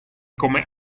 come